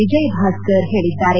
ವಿಜಯಬಾಸ್ಕರ್ ಹೇಳಿದ್ದಾರೆ